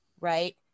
right